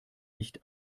nicht